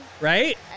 right